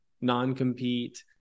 non-compete